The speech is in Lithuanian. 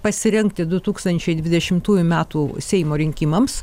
pasirengti du tūkstančiai dvidešimtųjų metų seimo rinkimams